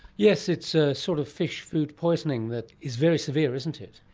yes, it's a sort of fish food poisoning that is very severe, isn't it.